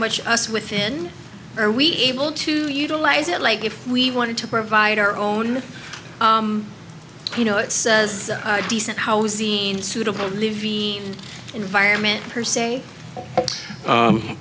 much us within are we able to utilize it like if we wanted to provide our own you know it says decent housing suitable living environment per se